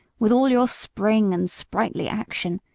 with all your spring and sprightly action,